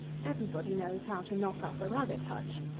every-body knows how to knock up a rabbit hutch.